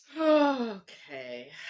Okay